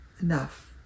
Enough